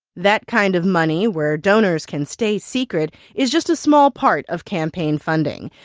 that kind of money, where donors can stay secret, is just a small part of campaign funding.